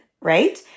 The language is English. Right